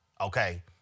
Okay